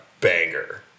banger